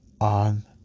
on